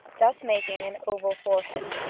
thus making an oval forehead.